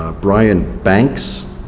ah brian banks,